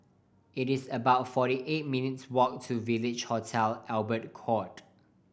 it is about forty eight minutes' walk to Village Hotel Albert Court